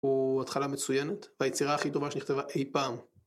‫הוא התחלה מצוינת והיצירה ‫הכי טובה שנכתבה אי פעם.